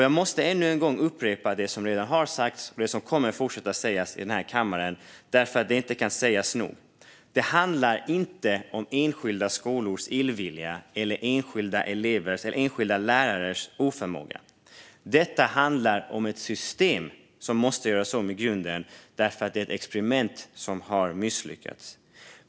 Jag måste ännu en gång upprepa det som redan har sagts och det som kommer att fortsätta att sägas i denna kammare, för det kan inte sägas nog: Det handlar inte om enskilda skolors illvilja eller enskilda lärares oförmåga. Detta handlar om ett system som måste göras om i grunden, för det är ett experiment som har misslyckats.